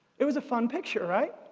it was a fun picture, right?